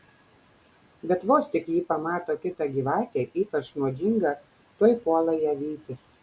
bet vos tik ji pamato kitą gyvatę ypač nuodingą tuoj puola ją vytis